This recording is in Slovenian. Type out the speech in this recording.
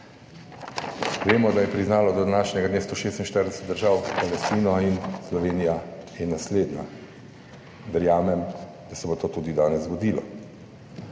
Vemo, da je priznalo do današnje 146 držav Palestino in Slovenija je naslednja - verjamem, da se bo to tudi danes zgodilo.